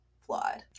flawed